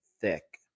thick